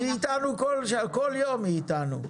היא איתנו, כל יום היא איתנו.